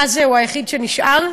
בזה הוא היחיד שנשאר,